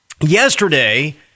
yesterday